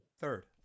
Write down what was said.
Third